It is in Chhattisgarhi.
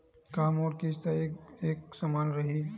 का मोर किस्त ह एक समान रही?